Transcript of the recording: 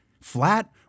flat